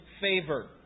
favor